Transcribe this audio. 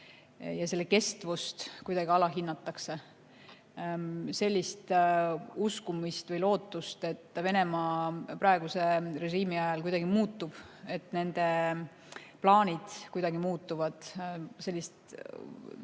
ja selle kestust kuidagi alahinnatakse. Sellist uskumist või lootust, et Venemaa praeguse režiimi ajal kuidagi muutub, et nende plaanid kuidagi muutuvad – sellist